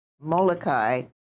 Molokai